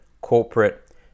corporate